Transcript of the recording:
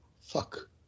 Fuck